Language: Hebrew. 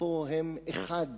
ופה הם אחד,